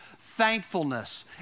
thankfulness